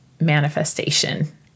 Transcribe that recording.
manifestation